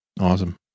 Awesome